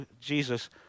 Jesus